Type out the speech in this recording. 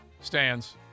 Stands